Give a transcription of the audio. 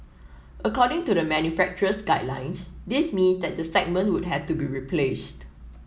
according to the manufacturer's guidelines this mean that the segment would have to be replaced